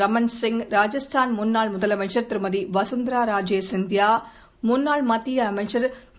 ரமன்சிங் ராஜ்ஸ்தான் முன்னாள் முதலமைச்சர் திருமதி வசுந்தரா ராஜே சிந்தியா முன்னாள் மத்திய அமைச்சர் திரு